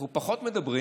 אנחנו פחות מדברים